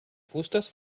fustes